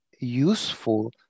useful